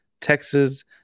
Texas